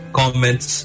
comments